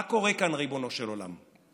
מה קורה כאן, ריבונו של עולם?